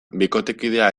bikotekidea